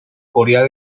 corea